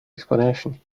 explanation